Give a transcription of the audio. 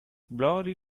blurry